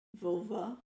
vulva